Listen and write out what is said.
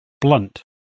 Blunt